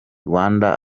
rwanda